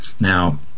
now